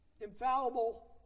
infallible